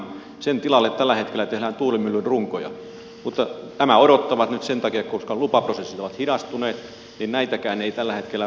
sen tilalle tällä hetkellä tehdään tuulimyllyn runkoja mutta nämä odottavat nyt sen takia että lupaprosessit ovat hidastuneet eli näitäkään ei tällä hetkellä valmistella